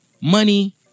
money